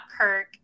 Kirk